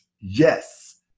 yes